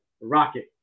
Rocket